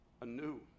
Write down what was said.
anew